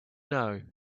know